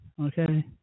okay